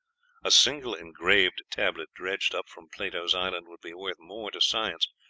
a single engraved tablet dredged up from plato's island would be worth more to science,